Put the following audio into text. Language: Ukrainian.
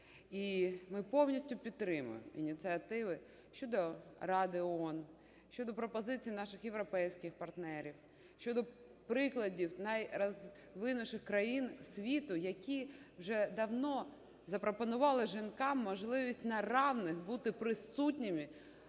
І ми повністю підтримуємо ініціативи щодо Ради ООН, щодо пропозицій наших європейських партнерів, щодо прикладів найрозвинутіших країн світу, які вже давно запропонували жінкам можливість на рівних бути присутніми